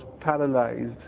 paralyzed